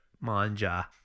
Manja